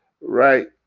right